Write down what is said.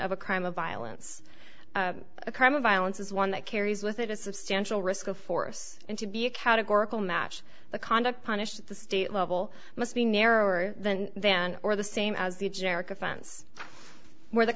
of a crime of violence a crime of violence is one that carries with it a substantial risk of force and to be a categorical match the conduct punished at the state level must be narrower than then or the same as the generic offense where the